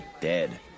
dead